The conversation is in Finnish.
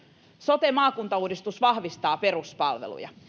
sote maakuntauudistus vahvistaa peruspalveluja